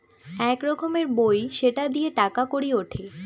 এক রকমের বই সেটা দিয়ে টাকা কড়ি উঠে